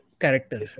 character